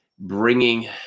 bringing